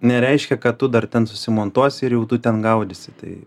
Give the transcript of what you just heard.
nereiškia kad tu dar ten susimontuosi ir jau tu ten gaudysi tai